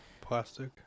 plastic